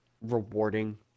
rewarding